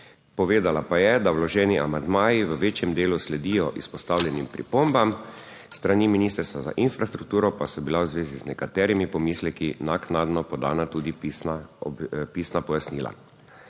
Povedala pa je, da vloženi amandmaji v večjem delu sledijo izpostavljenim pripombam. S strani Ministrstva za infrastrukturo pa so bila v zvezi z nekaterimi pomisleki naknadno podana tudi pisna pojasnila.